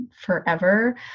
forever